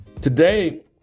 Today